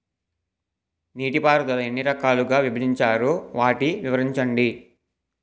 నీటిపారుదల ఎన్ని రకాలుగా విభజించారు? వాటి వివరించండి?